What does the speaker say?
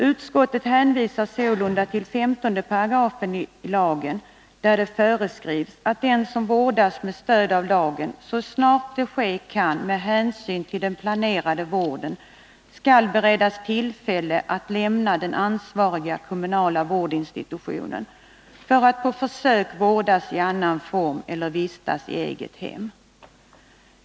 Utskottet hänvisar således till 15 § i lagen, där det föreskrivs att den som vårdas med stöd av lagen ”så snart det ske kan med hänsyn till den planerade vården skall beredas tillfälle att lämna den ansvariga kommunala vårdinstitutionen för att på försök vårdas i annan form eller vistas i eget hem”.